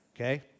Okay